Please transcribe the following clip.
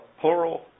plural